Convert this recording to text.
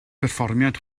perfformiad